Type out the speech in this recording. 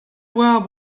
oar